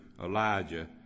Elijah